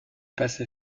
passé